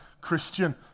Christian